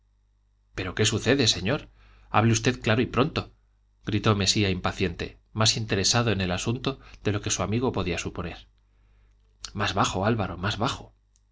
pero qué sucede señor hable usted claro y pronto gritó mesía impaciente más interesado en el asunto de lo que su amigo podía suponer más bajo álvaro más bajo